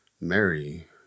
Mary